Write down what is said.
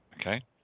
Okay